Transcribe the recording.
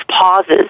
pauses